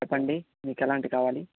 చెప్పండి మీకు ఎలాంటిది కావాలి